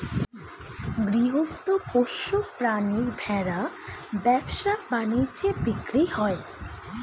গৃহস্থ পোষ্য প্রাণী ভেড়া ব্যবসা বাণিজ্যে বিক্রি হয়